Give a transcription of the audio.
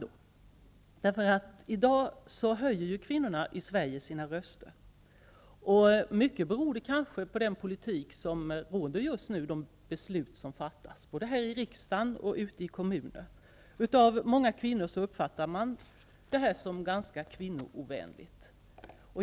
I dag höjer ju kvinnorna i Sverige sina röster. Mycket beror detta kanske på den politik som förs just nu och på de beslut som fattas här i riksdagen och ute i kommunerna. Många kvinnor uppfattar situationen som ganska kvinnoovänlig.